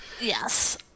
yes